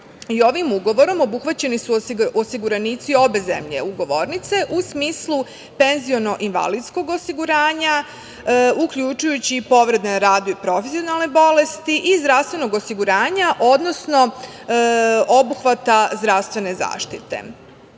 ovim ugovorom obuhvaćeni su osiguranici obe zemlje ugovornice, u smislu penziono-invalidskog osiguranja, uključujući i povrede na radu i profesionalne bolesti i zdravstvenog osiguranja, odnosno obuhvata zdravstvene zaštite. Ono